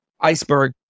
iceberg